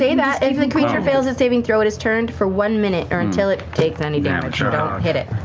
say that. if the creature fails its saving throw, it is turned for one minute or until it takes any damage, so don't ah hit it.